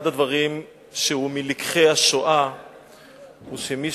אחד הדברים שהוא מלקחי השואה הוא שמי